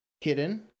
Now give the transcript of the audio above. hidden